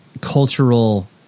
cultural